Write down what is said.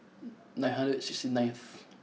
nine hundred and six ninth